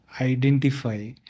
identify